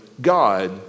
God